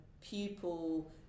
pupil